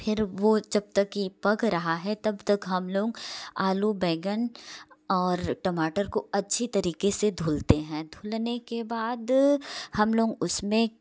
फिर वो जब तक कि पक रहा है तब तक हम लोग आलू बैंगन और टमाटर को अच्छी तरीके से धुलते हैं धुलने के बाद हम लोग उसमें